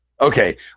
Okay